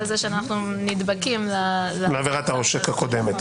זה שאנחנו נדבקים --- לעבירת העושק הקודמת.